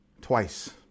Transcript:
twice